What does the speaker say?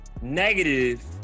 negative